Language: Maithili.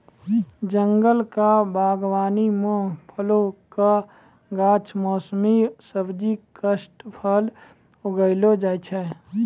जंगल क बागबानी म फलो कॅ गाछ, मौसमी सब्जी, काष्ठफल उगैलो जाय छै